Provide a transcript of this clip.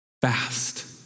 Fast